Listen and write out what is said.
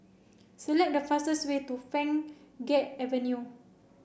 select the fastest way to Pheng Geck Avenue